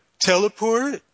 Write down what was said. teleport